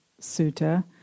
Sutta